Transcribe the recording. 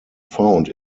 found